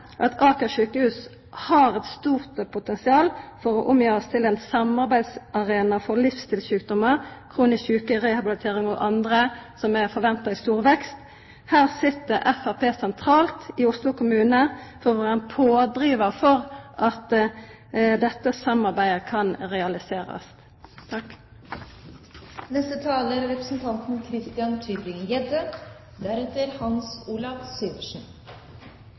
at Aker sykehus har eit stort potensial for å bli omgjort til ein samarbeidsarena for livsstilssjukdomar, kronisk sjuke, rehabilitering og andre helsetilbod der ein forventar stor vekst. Framstegspartiet sit sentralt i Oslo kommune og kan vera ein pådrivar for at dette samarbeidet kan realiserast.